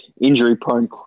injury-prone